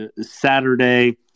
Saturday